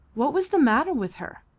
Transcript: what was the matter with her?